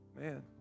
Man